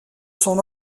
son